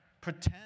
Pretend